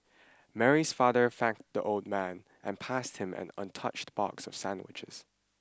Mary's father thanked the old man and passed him an untouched box of sandwiches